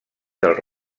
del